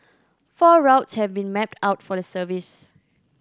four routes have been mapped out for the service